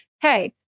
hey